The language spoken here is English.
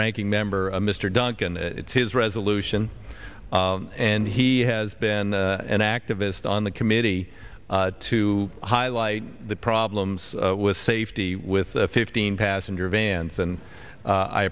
ranking member mr duncan it's his resolution and he has been an activist on the committee to highlight the problems with safety with fifteen passenger bands and